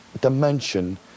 dimension